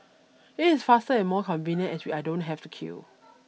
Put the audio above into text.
it is faster and more convenient as I don't have to queue